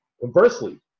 Conversely